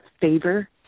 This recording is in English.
favor